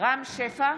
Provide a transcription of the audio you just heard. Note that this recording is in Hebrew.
רם שפע,